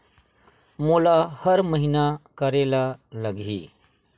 मोला हर महीना करे ल लगही?